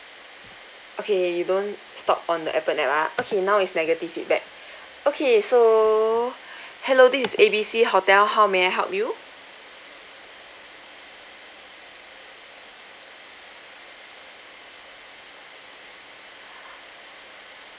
okay you don't stop on the Appen app ah okay now is negative feedback okay so hello this A_B_C hotel how may I help you